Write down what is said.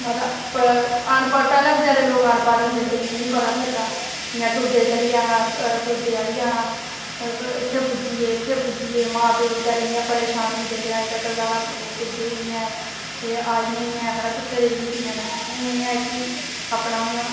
अनपढ़ पैह्लें लोग अनपढ़ होंदे हे ते निहां पता लगदा इंया टूरदे चली जाना टूरदे आई जाना एह् इत्थें पुज्जिये इत्थें पुज्जिये मां प्योऽ गी इंया परेशान होंदे हे कि पुज्जे निं ऐं एह् आई दियां निं हैन पता निं कुत्थें रेह् दियां न कि अपना हून